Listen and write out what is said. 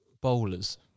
bowlers